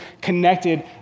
connected